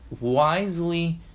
wisely